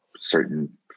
certain